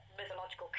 mythological